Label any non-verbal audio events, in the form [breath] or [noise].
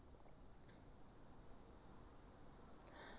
[breath]